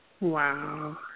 Wow